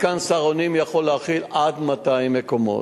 מתקן "סהרונים" יכול להכיל עד 200 מקומות.